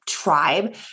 tribe